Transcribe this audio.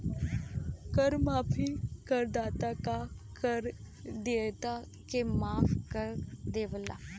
कर माफी करदाता क कर देयता के माफ कर देवला